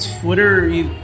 Twitter